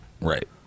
Right